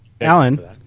Alan